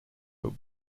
but